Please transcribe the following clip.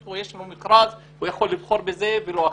יש מכרז, הוא יכול לבחור בזה ולא באחר.